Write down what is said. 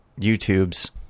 YouTube's